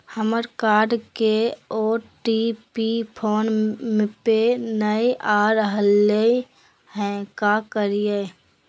हमर कार्ड के OTP phone पे नई आ रहलई हई, का करयई?